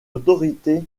autorité